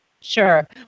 Sure